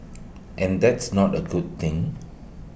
and that's not A good thing